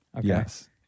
Yes